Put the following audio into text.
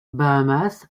bahamas